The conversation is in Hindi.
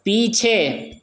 पीछे